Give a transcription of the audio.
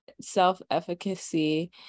self-efficacy